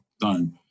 done